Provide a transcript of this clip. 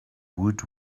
would